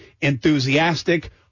enthusiastic